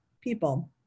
people